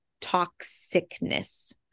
toxicness